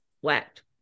whacked